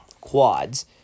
quads